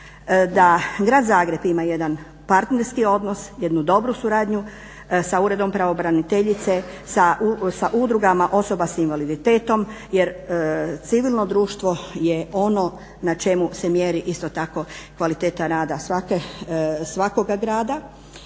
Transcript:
da Grad Zagreb ima jedan partnerski odnos, jednu dobru suradnju sa Uredom pravobraniteljice, sa udrugama osoba s invaliditetom jer civilno društvo je ono na čemu se mjeri isto tako kvaliteta rada svakoga grada